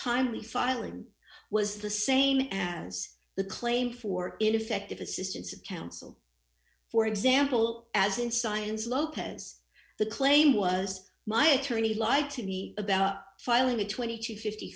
timely filing was the same as the claim for ineffective assistance of counsel for example as in science lopez the claim was my attorney lied to the about filing the twenty to fifty